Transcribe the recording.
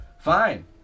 fine